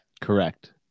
Correct